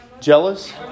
Jealous